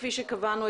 כפי שקבענו,